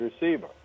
receiver